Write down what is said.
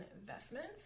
investments